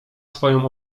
swoją